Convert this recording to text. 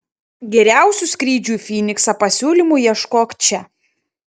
geriausių skrydžių į fyniksą pasiūlymų ieškok čia